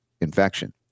infection